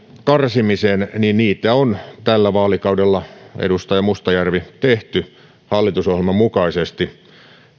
karsimiseen niin niitä on tällä vaalikaudella edustaja mustajärvi tehty hallitusohjelman mukaisesti